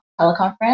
teleconference